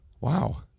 Wow